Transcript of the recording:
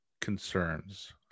concerns